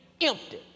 empty